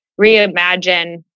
reimagine